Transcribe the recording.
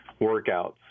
workouts